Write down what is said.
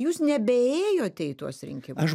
jūs nebeėjote į tuos rinkimus